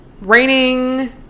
Raining